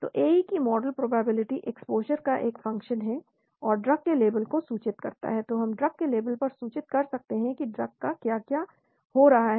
तो AE की model probability exposure का एक फंक्शन है और ड्रग के लेबल को सूचित करता है तो हम ड्रग के लेबल पर सूचित कर सकते हैं कि ड्रग का क्या हो रहा है